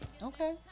Okay